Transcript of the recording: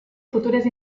futures